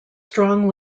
strong